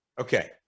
Okay